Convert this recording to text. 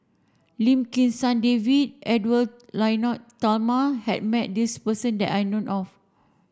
Lim Kim San David and Edwy Lyonet Talma has met this person that I know of